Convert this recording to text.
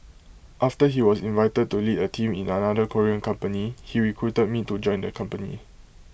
after he was invited to lead A team in another Korean company he recruited me to join the company